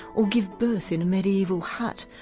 or give birth in a mediaeval hut,